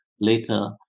later